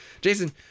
Jason